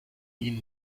ihnen